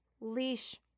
leash